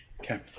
okay